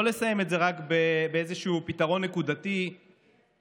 לא לסיים את זה רק באיזשהו פתרון נקודתי כזה